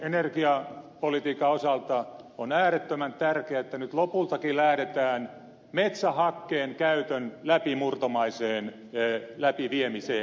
pohjoisen energiapolitiikan osalta on äärettömän tärkeää että nyt lopultakin lähdetään metsähakkeen käytön läpimurtomaiseen läpiviemiseen